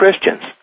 Christians